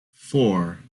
four